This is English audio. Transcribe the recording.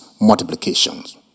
multiplications